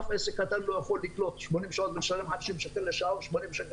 אף עסק קטן לא יכול לקלוט 80 שעות ולשלם 50 או 80 שקל לשעה.